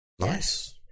Nice